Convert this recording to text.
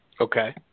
Okay